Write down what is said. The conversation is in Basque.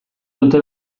dute